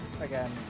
again